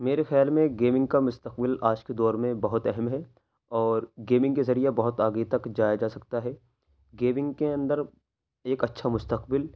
میرے خیال میں گیمنگ کا مستقبل آج کے دور بہت اہم ہے اور گیمنگ کے ذریعے بہت آگے تک جایا جا سکتا ہے گیمنگ کے اندر ایک اچھا مستقبل